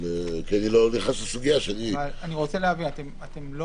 כי אני לא נכנס לסוגיה שאני לא --- אני רוצה להבין אתם לא